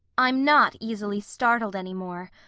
i'm not easily startled any more.